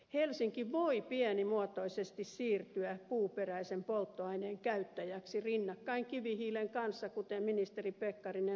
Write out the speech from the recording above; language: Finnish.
helsinki voi pienimuotoisesti siirtyä puuperäisen polttoaineen käyttäjäksi rinnakkain kivihiilen kanssa kuten ministeri pekkarinen sanoi